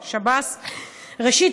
ראשית,